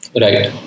right